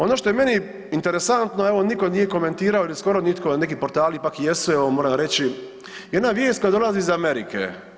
Ono što je meni interesantno evo nitko nije komentirao ili skoro nitko, neki portali ipak jesu evo moram reći, jedna vijest koja dolazi iz Amerike.